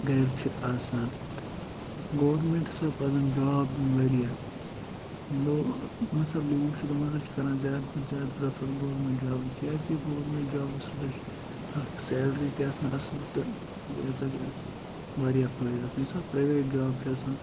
گرِ چھِ آسان گورمینٹ ہسا پزِ جاب دِنۍ واریاہ یِم ہسا لوٗکھ چھِ تم ہسا چھِ کران زیادٕ کھۄتہٕ زیادٕ پریفَر گورمینٹ جابے کیازِکہِ گورمینٹ جابَس ہسا چھِ اَکھ سیلری تہِ آسان اصٕل تہٕ بیٚیہِ ہسا چھِ اَتھ واریاہ فٲیدٕ آسان یُس ہسا پراویٹ جاب چھُ آسان